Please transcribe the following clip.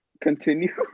Continue